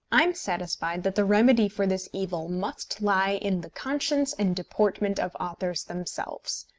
i am satisfied that the remedy for this evil must lie in the conscience and deportment of authors themselves.